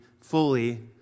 fully